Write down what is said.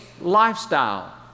lifestyle